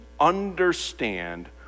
understand